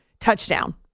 touchdown